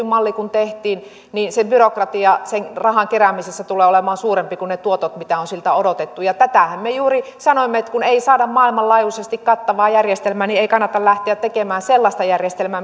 malli kuin tehtiin niin byrokratia sen rahan keräämisessä tulee olemaan suurempi kuin tuotot joita on siltä odotettu tätähän me juuri sanoimme että kun ei saada maailmanlaajuisesti kattavaa järjestelmää niin ei kannata lähteä tekemään sellaista järjestelmää